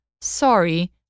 Sorry